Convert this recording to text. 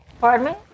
Pardon